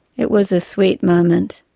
it was a sweet moment,